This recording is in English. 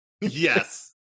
Yes